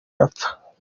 arapfa